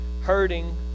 hurting